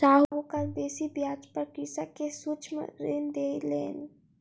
साहूकार बेसी ब्याज पर कृषक के सूक्ष्म ऋण देलैन